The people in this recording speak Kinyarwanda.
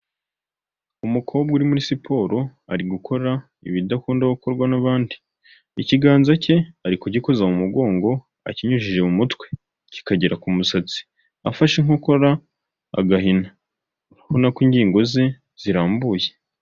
Umukobwa uri muri siporo ari gukora ibidakunda gukorwa n'abandi, ikiganza ke ari kugikoza mu mugongo akinyujije mu mutwe kikagera ku musatsi, afashe inkokora agahina urabonako ingingo ze zirambuye.